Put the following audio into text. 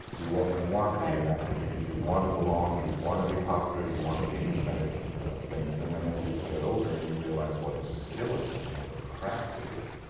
you often want to be an actor because you want to belong, you want to be popular, you want to be in the center of things. and then, as you get older and you realize what a skill it is and what a craft it is,